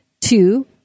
two